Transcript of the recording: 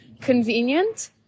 convenient